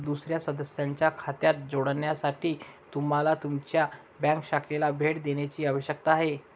दुसर्या सदस्याच्या खात्यात जोडण्यासाठी तुम्हाला तुमच्या बँक शाखेला भेट देण्याची आवश्यकता आहे